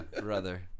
Brother